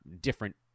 different